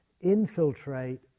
infiltrate